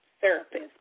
therapist